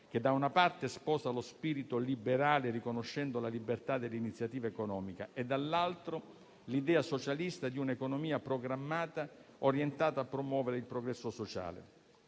che, da una parte, sposa lo spirito liberale riconoscendo la libertà dell'iniziativa economica e, dall'altra, l'idea socialista di un'economia programmata orientata a promuovere il progresso sociale.